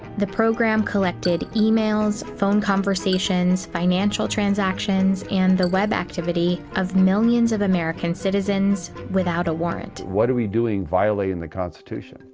the program collected emails, phone conversations, financial transactions, and the web activity of millions of american citizens, without a warrant. what are we doing violating the constitution?